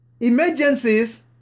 emergencies